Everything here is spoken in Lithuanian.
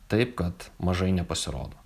taip kad mažai nepasirodo